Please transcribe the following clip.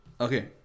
Okay